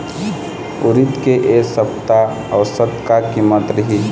उरीद के ए सप्ता औसत का कीमत रिही?